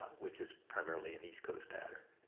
which is primarily an east coast pattern.